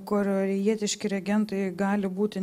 korėjietiški regentai gali būti